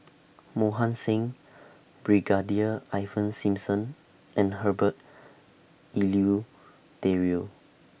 Mohan Singh Brigadier Ivan Simson and Herbert Eleuterio